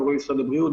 גורמי משרד הבריאות,